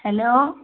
hello